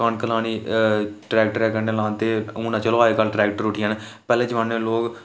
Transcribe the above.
कनक लानी ट्रैक्टरे कन्नै लांदे हून चलो अजकल ट्रैक्टर उठी आए पैह्ले जमानै लोक